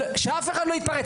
ושאף אחד לא יתפרץ.